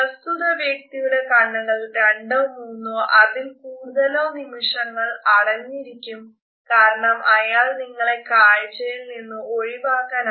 പ്രസ്തുത വ്യക്തിയുടെ കണ്ണുകൾ രണ്ടോ മൂന്നോ അതിൽ കൂടുതലോ നിമിഷങ്ങൾ അടഞ്ഞിരിക്കും കാരണം അയാൾ നിങ്ങളെ കാഴ്ചയിൽ നിന്ന് ഒഴിവാക്കാൻ ആഗ്രഹിക്കുന്നു